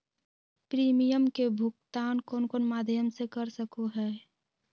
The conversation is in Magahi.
प्रिमियम के भुक्तान कौन कौन माध्यम से कर सको है?